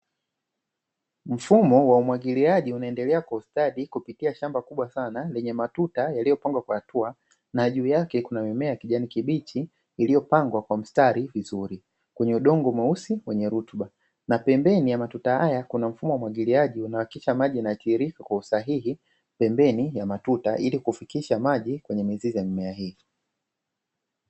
Mfumo wa umwagiliaji unaendelea kwa ustadi kupitia shamba kubwa sana lenye matuta, yaliyopangwa kwa hatua na juu yake kuna mimea kijani kibichi, iliyopangwa kwa mstari vizuri kwenye udongo mweusi wenye rutuba, na pembeni ya matuta haya kuna mfumo wa umwagiliaji, unahakikisha maji kwa usahihi pembeni ya matuta, ili kufikisha maji kwenye mizizi ya mimea hii.